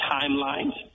timelines